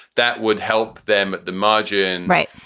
that would help them at the margin. right.